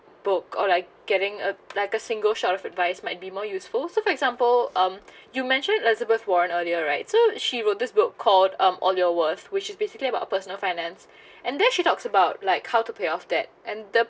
book or like getting a like a single shot of advice might be more useful so for example um you mentioned elizabeth warren earlier right so she wrote this book called um all your worth which is basically about personal finance and there she talks about like how to pay off debt and the